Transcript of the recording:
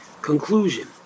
conclusion